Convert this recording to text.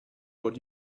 what